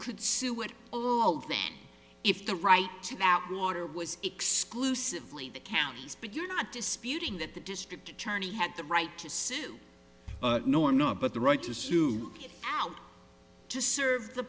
could sue it all then if the right to that water was exclusively the counties but you're not disputing that the district attorney had the right to sue no or not but the right to sue out to serve the